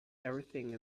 everything